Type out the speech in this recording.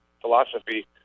philosophy